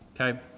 Okay